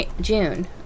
June